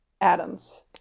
Adams